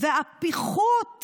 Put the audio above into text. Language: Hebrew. הפיחות